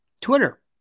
Twitter